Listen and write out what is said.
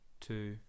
two